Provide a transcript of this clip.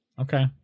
Okay